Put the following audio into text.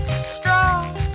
strong